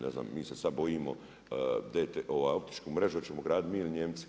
Ne znam mi se sada bojimo optičku mrežu ćemo graditi mi ili Nijemci.